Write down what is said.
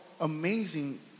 amazing